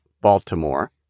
Baltimore